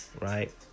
right